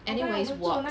anyways what